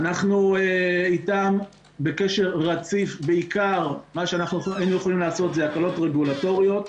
אנחנו אתם בקשר רציף בעיקר מה שהיינו יכולים לעשות זה הקלות רגולטוריות,